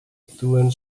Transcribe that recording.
actuen